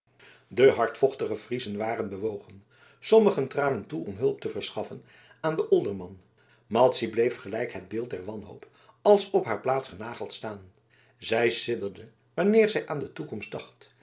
de hardvochtige friezen waren bewogen sommigen traden toe om hulp te verschaffen aan den olderman madzy bleef gelijk het beeld der wanhoop als op haar plaats genageld staan zij sidderde wanneer zij aan de toekomst dacht